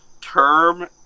term